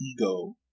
ego